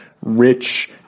rich